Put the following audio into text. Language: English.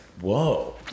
whoa